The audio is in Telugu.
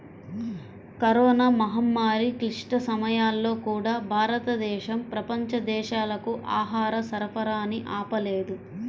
కరోనా మహమ్మారి క్లిష్ట సమయాల్లో కూడా, భారతదేశం ప్రపంచ దేశాలకు ఆహార సరఫరాని ఆపలేదు